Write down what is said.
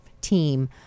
team